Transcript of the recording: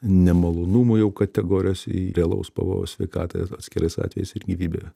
nemalonumo jau kategorijos į realaus pavojaus sveikatai atskirais atvejais ir gyvybei